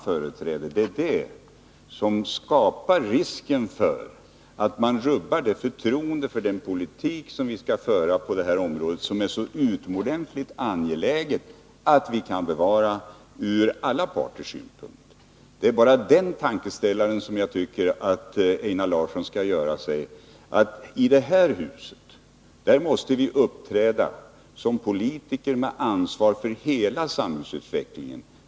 Det är det som skapar en risk för att förtroendet för den politik vi skall föra på detta område rubbas — ett förtroende som det är mycket angeläget att bevara. Det är bara följande tankeställare jag tycker att Einar Larsson skall ta till sig: I detta hus måste vi uppträda som politiker med ansvar för hela samhällsutvecklingen.